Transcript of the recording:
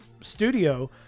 studio